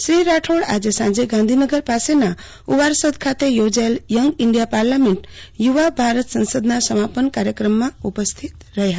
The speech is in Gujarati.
શ્રી રાઠોડ આજે સાંજે ગાંધીનગર પાસેના ઉવારસદ ખાતે યોજાયેલ યંગ ઈન્ડિયા પાર્લામેન્ટ યુવા ભારત સંસદ ના સમાપન કાર્યક્રમમાં ઉપસ્થિત રહેશે